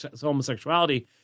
homosexuality